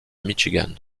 michigan